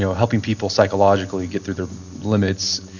you know helping people psychologically get through their limits.